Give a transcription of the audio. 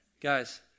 guys